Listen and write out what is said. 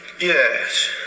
Yes